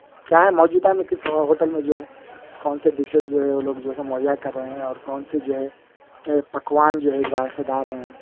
کیا ہے موجودہ میں کس ہو ہوٹل میں جو ہے کون سے ڈشیز جو ہے وہ لوگ جو ہے سو مہیا کر رہے ہیں اور کون سے جو ہے پکوان جو ہے ذائقے دار ہیں